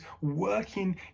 working